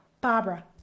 Barbara